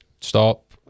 stop